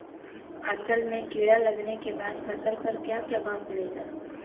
असल में कीड़ा लगने के बाद फसल पर क्या प्रभाव पड़ेगा?